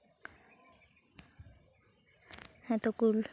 ᱦᱮᱸᱛᱚ ᱠᱩᱞ